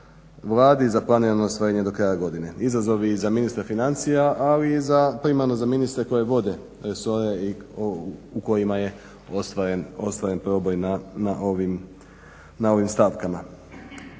Vladi za planirano ostvarenje do kraja godine. Izazov i za ministra financija, ali i za primarno za ministre koji vode resore u kojima je ostvaren proboj na ovim stavkama.